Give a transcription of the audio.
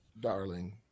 darling